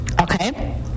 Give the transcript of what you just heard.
okay